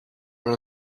went